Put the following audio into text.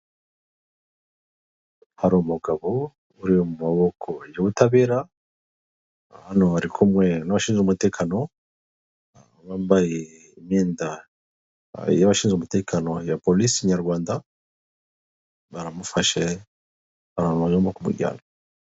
Hari umugabo uri mu maboko y'ubutabera hano arikumwe n'abashinzwe umutekano bambaye imyenda y'abashinzwe umutekano polisi nyarwanda baramufashe barimo kumujyana.